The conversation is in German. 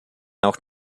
auch